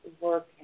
work